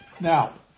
Now